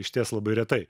išties labai retai